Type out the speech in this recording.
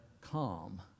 calm